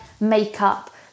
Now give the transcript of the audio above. makeup